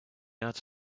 out